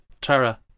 Tara